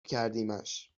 کردیمش